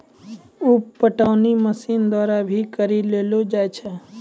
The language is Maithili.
उप पटौनी मशीन द्वारा भी करी लेलो जाय छै